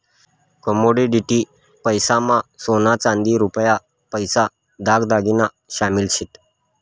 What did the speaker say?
commodity पैसा मा सोना चांदी रुपया पैसा दाग दागिना शामिल शेत